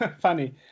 funny